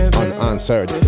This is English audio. unanswered